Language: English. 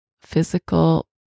physical